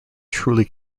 truly